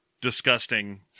disgusting